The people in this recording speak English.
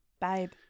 Babe